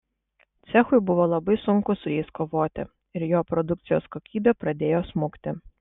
cechui buvo labai sunku su jais kovoti ir jo produkcijos kokybė pradėjo smukti